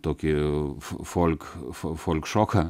tokį folk folkšoką